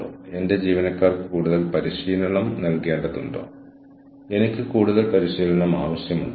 network level കാര്യക്ഷമതയിൽ കലാശിക്കുന്ന അംഗത്വത്തിന്റെയും എച്ച്ആർഎം സമ്പ്രദായങ്ങളുടെയും ദ്വൈതതയിൽ ശ്രദ്ധ കേന്ദ്രീകരിക്കുന്ന ബാലൻസിങ് മോഡലും ഉണ്ട്